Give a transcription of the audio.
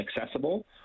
accessible